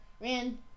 ran